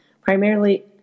primarily